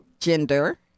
gender